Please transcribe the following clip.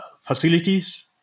facilities